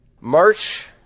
March